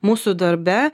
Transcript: mūsų darbe